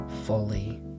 fully